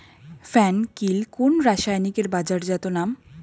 ফেন কিল কোন রাসায়নিকের বাজারজাত নাম?